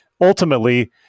ultimately